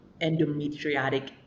endometriotic